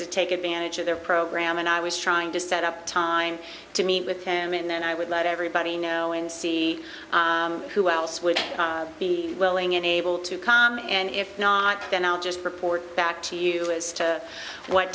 to take advantage of their program and i was trying to set up time to meet with him and then i would let everybody know and see who else would be willing and able to come and if not then i'll just report back to you as to what